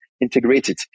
integrated